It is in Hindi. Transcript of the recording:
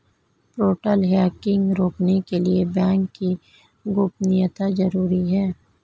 पोर्टल हैकिंग रोकने के लिए बैंक की गोपनीयता जरूरी हैं